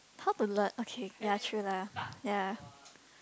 how to learn okay ya true lah ya